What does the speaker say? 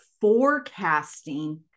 forecasting